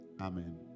Amen